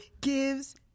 gives